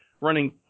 running